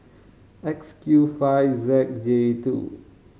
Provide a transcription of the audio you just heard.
X Q five Z J two